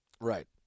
Right